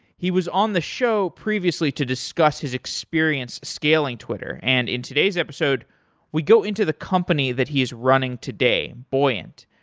he was on the show previously to discuss his experience scaling twitter, and in today's episode we go into the company that he is running today buoyant,